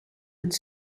het